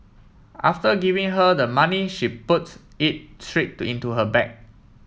after giving her the money she put it straight into her bag